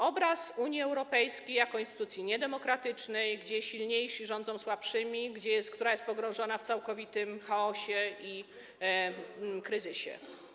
Obraz Unii Europejskiej jako instytucji niedemokratycznej, gdzie silniejsi rządzą słabszymi, która jest pogrążona w całkowitym chaosie i kryzysie.